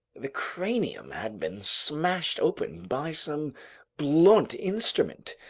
the cranium had been smashed open by some blunt instrument,